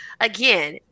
again